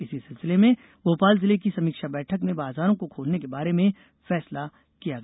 इसी सिलसिले में भोपाल जिले की समीक्षा बैठक में बाजारों को खोलने के बारे में ये फैसला किया गया